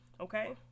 Okay